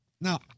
Now